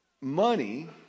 money